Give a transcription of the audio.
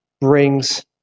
brings